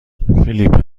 فیلیپ